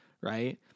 right